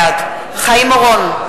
בעד חיים אורון,